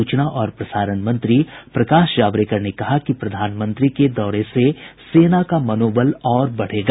सूचना और प्रसारण मंत्री प्रकाश जावडेकर ने कहा कि प्रधानमंत्री के दौरे से सेना का मनोबल बढ़ेगा